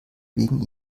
wegen